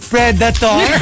Predator